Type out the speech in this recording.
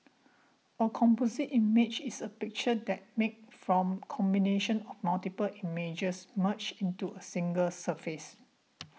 a composite image is a picture that's made from the combination of multiple images merged into a single surface